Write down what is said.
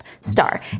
star